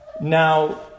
Now